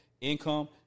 income